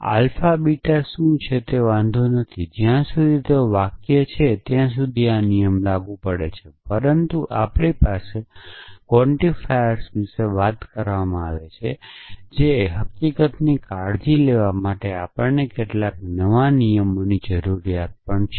alpha beta શું છે તેનાથી ત્યાં સુધી વાંધો નથી જ્યાં સુધી તેઓ વાક્યો છે ત્યાં સુધી આ નિયમ લાગુ પડે છે પરંતુ આપણી પાસેના આ ક્વોન્ટિફાયર્સ વિશે વાત કરવામાં આપણને કેટલાક નવા ઇન્ફરન્સ ના નિયમોની જરૂરિયાત પણ છે